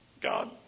God